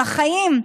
על החיים,